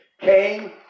came